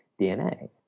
DNA